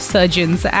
Surgeons